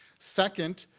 second,